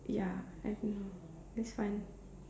ya I don't know it's fun